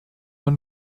man